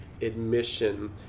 admission